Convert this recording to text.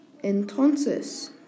Entonces